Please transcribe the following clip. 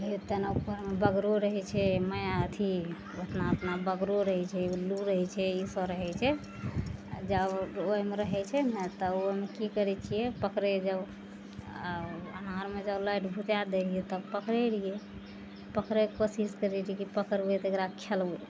हे तहन अपन बगरो रहै छै मैआ अथी अपना उतना बगरो रहै छै उल्लू रहै छै ई सब रहै छै जब ओहिमे रहै छै ने तऽ ओहिमे की करै छियै पकड़ै जाउ आ अन्हारमे जब लाइट बुताइ दै रहियै तब पकड़ै रहियै पकड़ैके कोशिश करै रहियै कि पकड़बै तऽ एकरा खेलबै